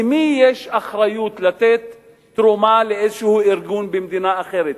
למי יש אחריות לתת תרומה לאיזה ארגון במדינה אחרת?